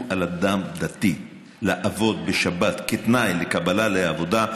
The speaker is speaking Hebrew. על אדם דתי לעבוד בשבת כתנאי לקבלה לעבודה,